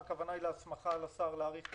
הכוונה היא להסמכה לשר להאריך את התקופה.